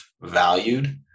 valued